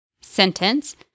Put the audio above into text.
sentence